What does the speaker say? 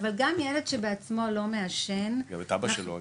גם ילד שבעצמו לא מעשן --- גם את אבא שלו אגב.